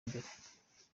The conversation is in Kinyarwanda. imbere